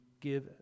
give